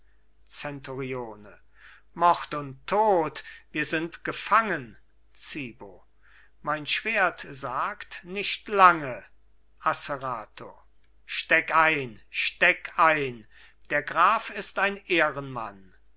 zenturione mord und tod wir sind gefangen zibo mein schwert sagt nicht lange asserato steck ein steck ein der graf ist ein ehrenmann